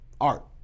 art